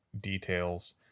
details